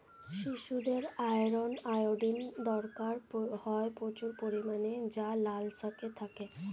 শিশুদের iron, iodine দরকার হয় প্রচুর পরিমাণে যা লাল শাকে থাকে